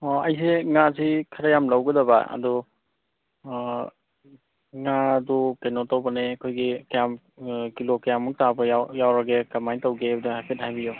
ꯑꯣ ꯑꯩꯁꯦ ꯉꯥꯁꯦ ꯈꯔ ꯌꯥꯝ ꯂꯧꯒꯗꯕ ꯑꯗꯨ ꯉꯥꯗꯣ ꯀꯩꯅꯣ ꯇꯧꯕꯅꯦ ꯑꯩꯈꯣꯏꯒꯤ ꯀꯌꯥꯝ ꯀꯤꯂꯣ ꯀꯌꯥꯝꯃꯨꯛ ꯇꯥꯕ ꯌꯥꯎꯔꯒꯦ ꯀꯃꯥꯏꯅ ꯇꯧꯒꯦ ꯍꯥꯏꯕꯗꯣ ꯍꯥꯏꯐꯦꯠ ꯍꯥꯏꯕꯤꯌꯨ